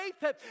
faith